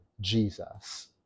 Jesus